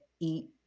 eat